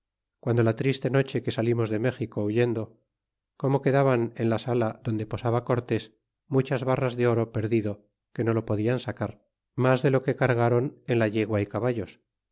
guando la triste noche que salimos de méxico huyendo como quedaban en la sala donde posaba cortés muchas barras de oro perdido que no lo podian sacar mas de lo que cargron en la yegua y caballos